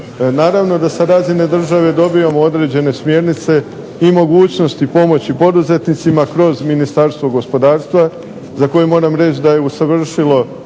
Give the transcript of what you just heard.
Naravno da sa razine države dobivamo određene smjernice i mogućnosti pomoći poduzetnicima kroz Ministarstvo gospodarstva za koje moram reći da je usavršilo